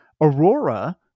Aurora